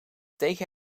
tegen